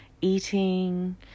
eating